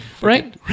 Right